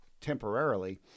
temporarily